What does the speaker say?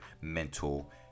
mental